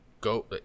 go